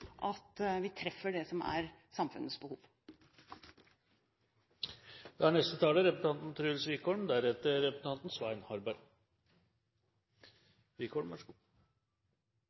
at vi treffer det som er samfunnets behov.